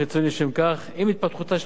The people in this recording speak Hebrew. עם התפתחותה של הכלכלה המודרנית,